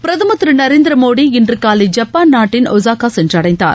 பிரதமர் திரு நரேந்திர மோடி இன்று காலை ஜப்பான் நாட்டின் ஒஸாக்கா சென்டைந்தார்